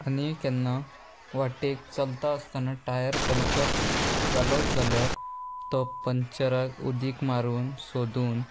आनी केन्ना वाटेक चलता आसतना टायर पंक्चर जालोच जाल्यार तो पंचराक उदीक मारून सोदून